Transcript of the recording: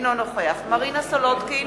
אינו נוכח מרינה סולודקין,